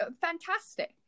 fantastic